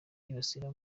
yibasira